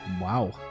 wow